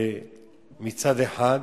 מצד אחד,